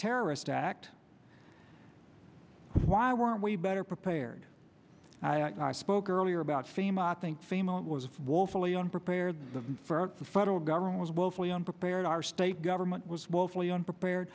terrorist act why weren't we better prepared i spoke earlier about fema think family was woefully unprepared for the federal government was woefully unprepared our state government was woefully unprepared